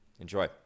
enjoy